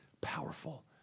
powerful